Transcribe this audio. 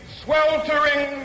sweltering